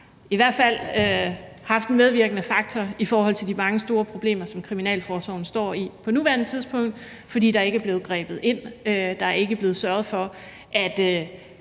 i hvert fald været en medvirkende faktor i forhold til de mange store problemer, som kriminalforsorgen står i på nuværende tidspunkt, fordi der ikke er blevet grebet ind. Der er ikke blevet sørget for, at